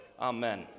Amen